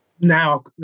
now